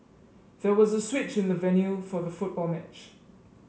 there was a switch in the venue for the football match